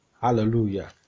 Hallelujah